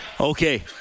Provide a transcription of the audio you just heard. Okay